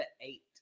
eight